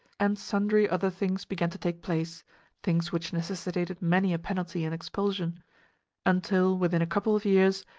and sundry other things began to take place things which necessitated many a penalty and expulsion until, within a couple of years,